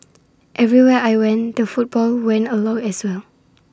everywhere I went the football went along as well